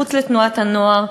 מחוץ לתנועת הנוער,